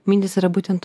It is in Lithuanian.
mintys yra būtent